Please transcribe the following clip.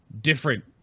different